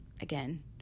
again